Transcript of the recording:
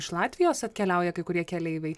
iš latvijos atkeliauja kai kurie keleiviai